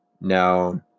Now